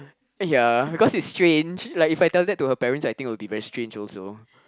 ya because it's strange like if I tell that to her parents I think it would be very strange also